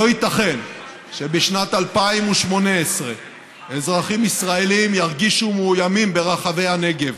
לא ייתכן שבשנת 2018 אזרחים ישראלים ירגישו מאוימים ברחבי הנגב.